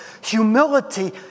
humility